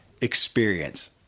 experience